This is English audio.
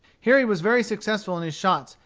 here he was very successful in his shots,